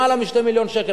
למעלה מ-2 מיליון שקל,